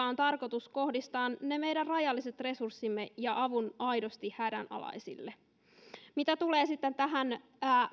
on tarkoitus kohdistaa meidän rajalliset resurssimme ja apumme aidosti hädänalaisille mitä tulee sitten tähän